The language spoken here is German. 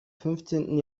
fünfzehnten